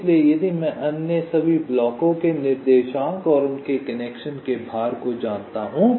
इसलिए यदि मैं अन्य सभी ब्लॉकों के निर्देशांक और उनके कनेक्शन के भार को जानता हूं